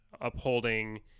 upholding